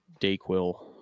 DayQuil